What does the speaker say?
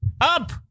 up